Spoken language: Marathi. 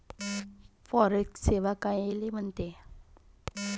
फॉरेक्स सेवा कायले म्हनते?